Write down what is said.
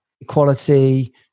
equality